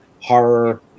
horror